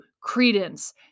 credence